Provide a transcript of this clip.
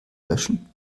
löschen